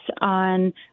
on